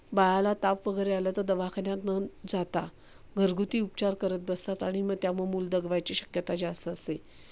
बाळाला ताप वगैरे आला तर दवाखान्यात न जाता घरगुती उपचार करत बसतात आणि मग त्यामुळे मूल दगावायची शक्यता जास्त असते